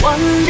One